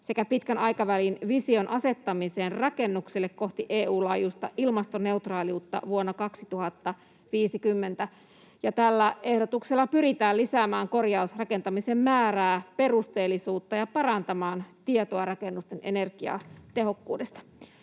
sekä pitkän aikavälin vision asettamiseen rakennuksille kohti EU:n laajuista ilmastoneutraaliutta vuonna 2050. Ja tällä ehdotuksella pyritään lisäämään korjausrakentamisen määrää ja perusteellisuutta sekä parantamaan tietoa rakennuksen energiatehokkuudesta.